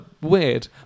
weird